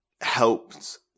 helped